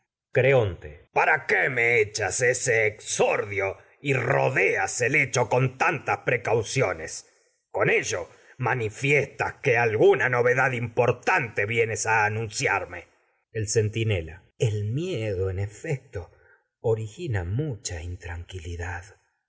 en me puede castigar exordio y rodeas creonte para qué el echas ese hecho con tantas precauciones con ello manifiestas que alguna novedad centinela importante vienes miedo en a anunciarme el el efecto origina mucha intranquilidad